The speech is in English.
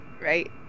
right